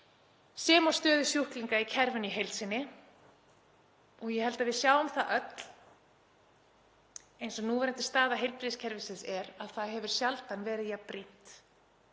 sem og stöðu sjúklinga í kerfinu í heild sinni. Ég held að við sjáum það öll, eins og núverandi staða heilbrigðiskerfisins er, að það hefur sjaldan verið jafn brýnt